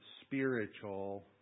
spiritual